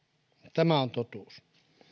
tämä on totuus